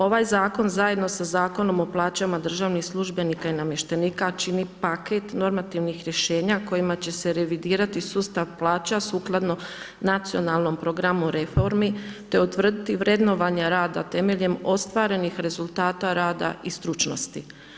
Ovaj zakon zajedno sa Zakonom o plaćama državnih službenika i namještenika čini paket normativnih rješenja kojima će se revidirati sustav plaća sukladno Nacionalnom programu reformi te utvrditi vrednovanja rada temeljem ostvarenih rezultata rada i stručnosti.